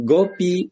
Gopi